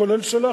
כולל שלך,